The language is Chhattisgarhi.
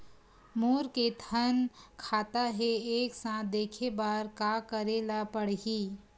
मोर के थन खाता हे एक साथ देखे बार का करेला पढ़ही?